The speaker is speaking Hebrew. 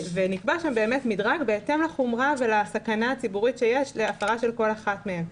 נקבע באמת מדרג בהתאם לחומרה ולסכנה הציבורית בהפרה של כל אחת מהן.